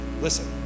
listen